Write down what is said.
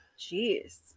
jeez